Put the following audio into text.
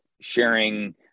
sharing